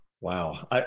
Wow